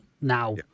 now